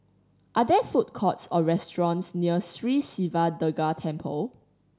are there food courts or restaurants near Sri Siva Durga Temple